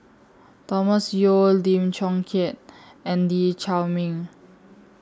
Thomas Yeo Lim Chong Keat and Lee Chiaw Meng